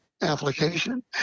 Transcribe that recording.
application